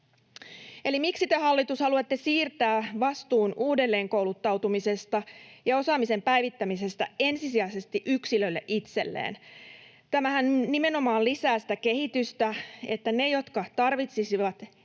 miksi te, hallitus, haluatte siirtää vastuun uudelleenkouluttautumisesta ja osaamisen päivittämisestä ensisijaisesti yksilölle itselleen? Tämähän nimenomaan lisää sitä kehitystä, että ne, jotka tarvitsisivat